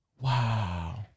Wow